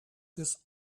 this